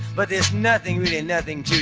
but there's nothing really, nothing